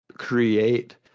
create